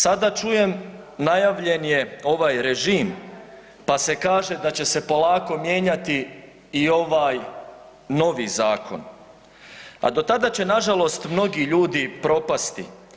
Sada čujem najavljen je ovaj režim, pa se kaže da će se polako mijenjati i ovaj novi zakon, a do tada će nažalost mnogi ljudi propasti.